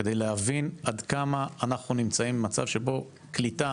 כדי להבין עד כמה אנחנו נמצאים במצב שבו קליטה